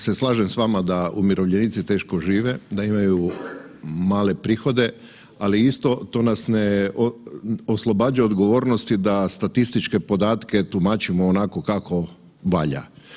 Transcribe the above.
Slažem se s vama da umirovljenici teško žive, da imaju male prihode, ali isto to nas ne oslobađa odgovornosti da statističke podatke tumačimo onako kako valja.